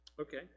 Okay